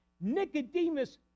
Nicodemus